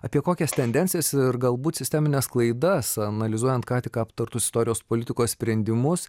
apie kokias tendencijas ir galbūt sistemines klaidas analizuojant ką tik aptartus istorijos politikos sprendimus